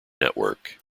network